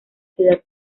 ciudad